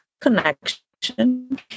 connection